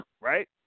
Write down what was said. right